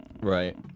right